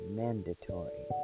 mandatory